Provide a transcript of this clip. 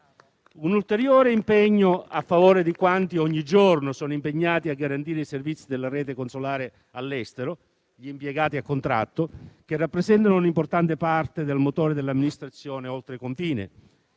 Un ulteriore sostegno va a favore di quanti ogni giorno sono impegnati a garantire i servizi della rete consolare all'estero, gli impiegati a contratto, che rappresentano un'importante parte del motore dell'amministrazione oltre confine.